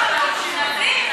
לא, שנבין.